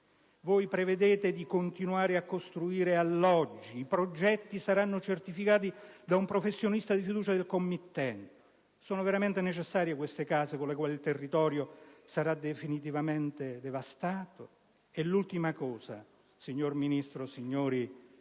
l'ambiente, e di continuare a costruire alloggi. I progetti saranno certificati da un professionista di fiducia del committente. Sono veramente necessarie queste case, con le quali il territorio sarà definitivamente devastato? Un altro esempio, signori